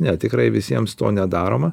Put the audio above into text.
ne tikrai visiems to nedaroma